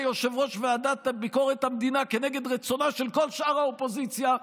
יושב-ראש ועדת ביקורת המדינה כנגד רצונה של כל שאר האופוזיציה,